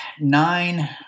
nine